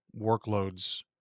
workloads